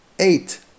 Eight